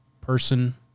person